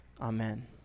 Amen